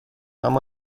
اما